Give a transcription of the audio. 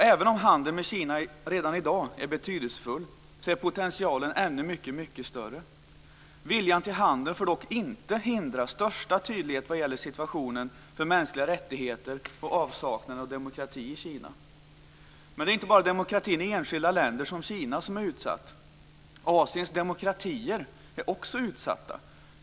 Även om handeln med Kina redan i dag är betydelsefull är potentialen ännu mycket större. Viljan till handel får dock inte hindra största tydlighet vad gäller situationen för mänskliga rättigheter och avsaknaden av demokrati i Kina. Men det är inte bara demokratin i enskilda länder, som Kina, som är utsatt. Asiens demokratier är också utsatta.